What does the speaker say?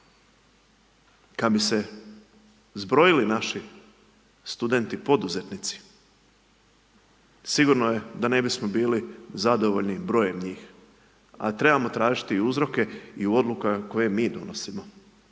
Kada bi se zborili naši studenti poduzetnici, sigurno da ne bismo bili zadovoljni brojem njih, a trebamo tražiti uzroke i odluke koje mi donosimo.